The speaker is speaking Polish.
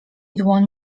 dłoń